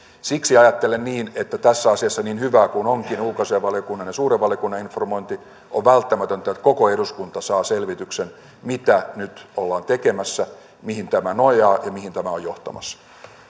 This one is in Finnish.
siksi ajattelen niin että tässä asiassa niin hyvää kuin onkin ulkoasiainvaliokunnan ja suuren valiokunnan informointi on välttämätöntä että koko eduskunta saa selvityksen mitä nyt ollaan tekemässä mihin tämä nojaa ja mihin tämä on johtamassa